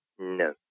No